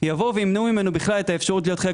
ימנעו ממנו בכלל את האפשרות להיות חלק